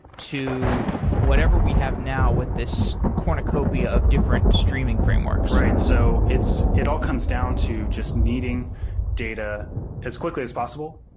to whatever we have now with this cornucopia of different streaming frameworks? right. so it all comes down to just needing data as quickly as possible,